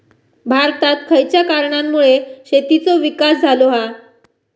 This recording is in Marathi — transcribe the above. भारतात खयच्या कारणांमुळे शेतीचो विकास झालो हा?